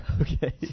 Okay